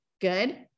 good